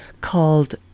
called